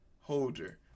holder